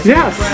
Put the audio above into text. Yes